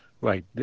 Right